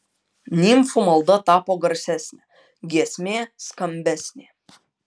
nimfų malda tapo garsesnė giesmė skambesnė